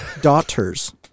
daughters